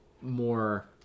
more